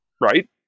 Right